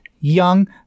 young